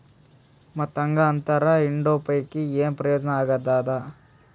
ಮತ್ತ್ ಹಾಂಗಾ ಅಂತರ ಇಡೋ ಪೈಕಿ, ಏನ್ ಪ್ರಯೋಜನ ಆಗ್ತಾದ?